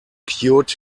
cured